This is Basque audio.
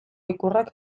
ikurrak